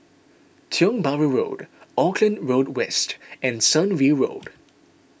Tiong Bahru Road Auckland Road West and Sunview Road